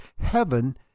heaven